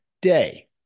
day